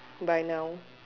by now